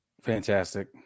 fantastic